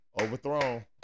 Overthrown